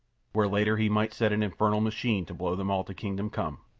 where later he might set an infernal machine to blow them all to kingdom come.